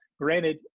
granted